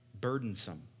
Burdensome